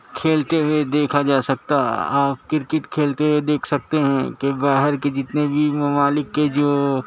کھیلتے ہوئے دیکھا جا سکتا آپ کرکٹ کھیلتے ہوئے دیکھ سکتے ہیں کہ باہر کے جتنے بھی ممالک کے جو